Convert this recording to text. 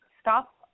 stop